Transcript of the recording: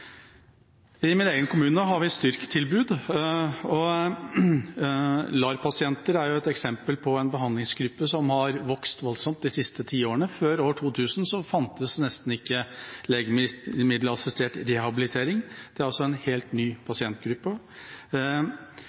I min egen kommune har vi STYRK-tilbud, og LAR-pasienter er et eksempel på en behandlingsgruppe som har vokst voldsomt de siste ti årene. Før år 2000 fantes nesten ikke legemiddelassistert rehabilitering. Det er altså en helt ny pasientgruppe.